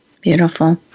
Beautiful